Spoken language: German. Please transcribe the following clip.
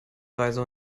reise